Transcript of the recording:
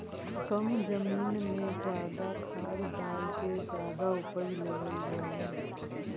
कम जमीन में जादा खाद डाल के जादा उपज लेवल जाला